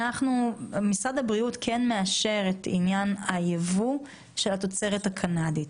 משרד הבריאות כן מאשר את עניין הייבוא של התוצרת הקנדית.